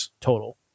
total